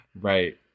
Right